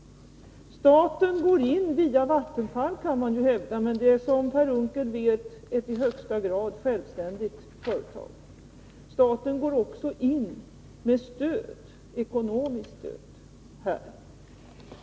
Staten går in via Vattenfall, kan man hävda. Men det är, som Per Unckel vet, ett i högsta grad självständigt företag. Staten går också in med ekonomiskt stöd.